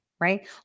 right